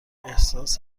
احساس